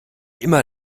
immer